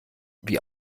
wie